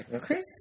Chris